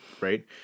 right